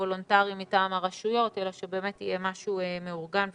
וולנטרי מטעם הרשויות אלא שבאמת יהיה משהו מאורגן ומסודר.